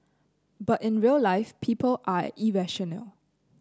but in real life people are irrational